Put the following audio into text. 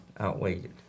outweighed